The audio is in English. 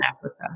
Africa